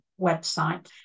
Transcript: website